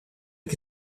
che